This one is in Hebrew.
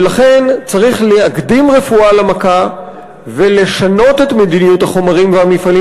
ולכן צריך להקדים רפואה למכה ולשנות את מדיניות החומרים והמפעלים